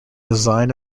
design